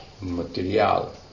material